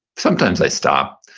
sometimes i stop,